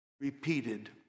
repeated